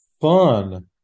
fun